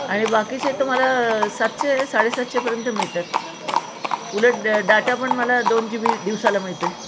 आणि बाकीचे तर मला सातशे साडेसातशेपर्यंत मिळतात उलट डाटा पण मला दोन जी बी दिवसाला मिळतो आहे